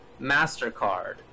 Mastercard